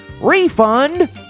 refund